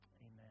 Amen